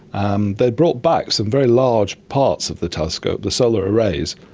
and they'd brought back some very large parts of the telescope, the solar arrays,